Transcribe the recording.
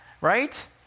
right